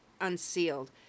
unsealed